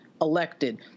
elected